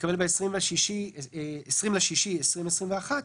שהתקבל ב-20 ביוני 2021,